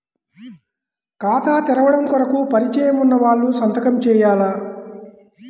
ఖాతా తెరవడం కొరకు పరిచయము వున్నవాళ్లు సంతకము చేయాలా?